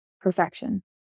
perfection